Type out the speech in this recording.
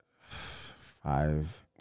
Five